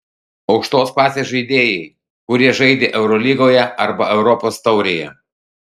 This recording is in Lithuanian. aukštos klasės žaidėjai kurie žaidė eurolygoje arba europos taurėje